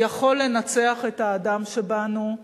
יכול לנצח את האדם שבנו,